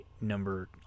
number